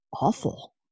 awful